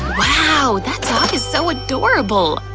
wow! that top is so adorable!